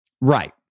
Right